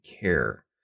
care